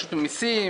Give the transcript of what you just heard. בפניה.